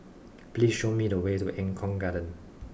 please show me the way to Eng Kong Garden